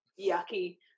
yucky